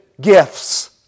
gifts